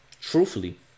truthfully